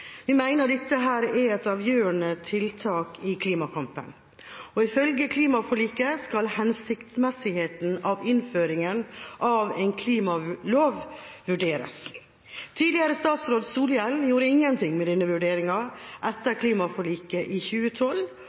Vi mener dette er et avgjørende tiltak i klimakampen. Ifølge klimaforliket skal hensiktsmessigheten av innføringen av en klimalov vurderes. Tidligere statsråd Solhjell gjorde ingenting med denne vurderingen etter klimaforliket i 2012.